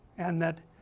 and that